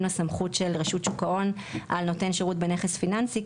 לסמכות של רשות שוק ההון על נותן שירות בנכס פיננסי,